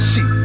See